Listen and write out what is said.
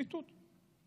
ציטוט.